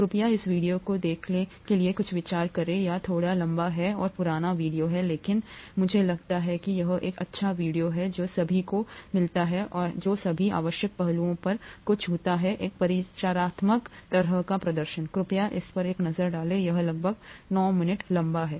कृपया इस वीडियो को देखने के लिए कुछ विचार करें यह थोड़ा लंबा और पुराना वीडियो है लेकिन मैं लगता है कि यह एक अच्छा वीडियो है जो सभी को मिलता है जो सभी आवश्यक पहलुओं पर छूता है एक परिचयात्मक तरह का प्रदर्शन कृपया उस पर एक नज़र डालें यह लगभग 9 मिनट लंबा है